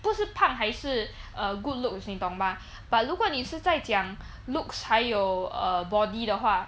不是胖还是 a good looks 你懂吗 but 如果你是在讲 looks 还有 err body 的话